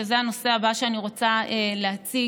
שזה הנושא הבא שאני רוצה להציג,